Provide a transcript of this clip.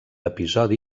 episodi